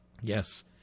YES